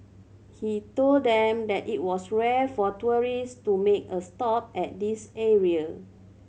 he told them that it was rare for tourist to make a stop at this area